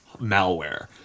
malware